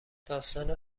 داستان